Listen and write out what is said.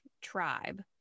tribe